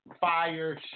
fire